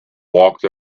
walked